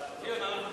אנחנו עוברים להצבעה.